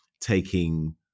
taking